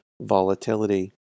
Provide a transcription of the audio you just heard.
volatility